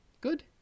Good